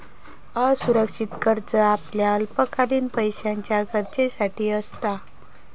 असुरक्षित कर्ज आपल्या अल्पकालीन पैशाच्या गरजेसाठी असता